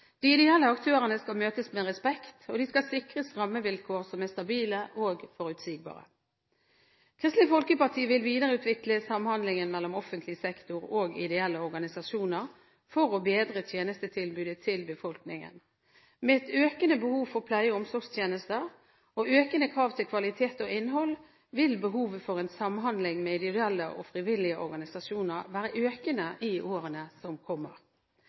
De ideelle aktørene skal møtes med respekt, og de skal sikres rammevilkår som er stabile og forutsigbare. Kristelig Folkeparti vil videreutvikle samhandlingen mellom offentlig sektor og ideelle organisasjoner for å bedre tjenestetilbudet til befolkningen. Med et økende behov for pleie- og omsorgstjenester – og økende krav til kvalitet og innhold – vil behovet for en samhandling med ideelle og frivillige organisasjoner være økende i årene som kommer.